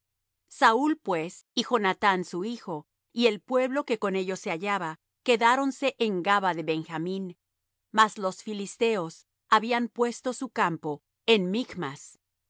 saúl pues y jonathán su hijo y el pueblo que con ellos se hallaba quedáronse en gabaa de benjamín mas los filisteos habían puesto su campo en michmas